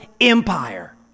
empire